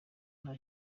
nta